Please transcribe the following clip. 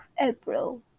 April